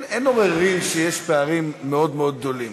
אין עוררין שיש פערים מאוד מאוד גדולים.